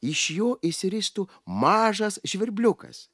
iš jo išsiristų mažas žvirbliukas